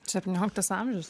septynioliktas amžius